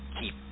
keep